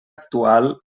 actual